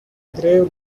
grave